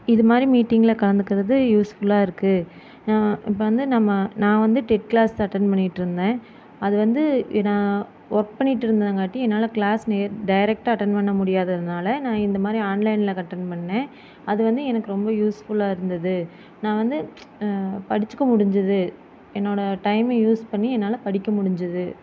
இது மாதிரி மீட்டிங்கில் கலந்துக்கிறது யூஸ்ஃபுல்லாக இருக்குது இப்போ வந்து நம்ம நான் வந்து டெட் கிளாஸ் அட்டன் பண்ணிட்டு இருந்தேன் அது வந்து நான் ஒர்க் பண்ணிட்டு இருந்தங்கனாட்டி என்னால் கிளாஸ் நேர் டேரக்ட்டாக அட்டன் பண்ண முடியாததுனால் நான் இந்த மாதிரி ஆன்லைனில் அட்டன் பண்ணேன் அது வந்து எனக்கு ரொம்ப யூஸ்ஃபுல்லாக இருந்துது நான் வந்து படித்துக்க முடிஞ்சுது என்னோடய டைமை யூஸ் பண்ணி என்னால் படிக்க முடிஞ்சுது